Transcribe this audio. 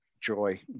joy